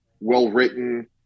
well-written